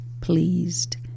pleased